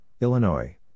Illinois